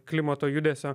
klimato judesio